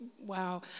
wow